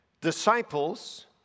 disciples